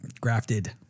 Grafted